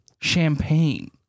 champagne